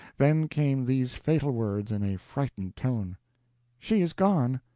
then came these fatal words, in a frightened tone she is gone,